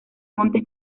montes